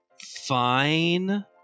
fine